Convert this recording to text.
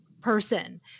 person